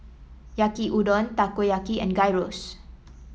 Yaki Udon Takoyaki and Gyros